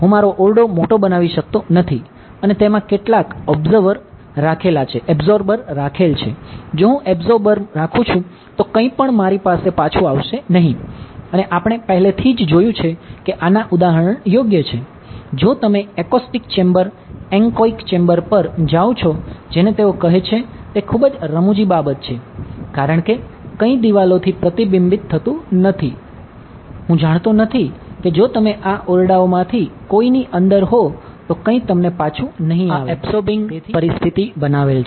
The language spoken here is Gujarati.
માની લો કે હું બાઉન્ડ્રી બનાવેલ છે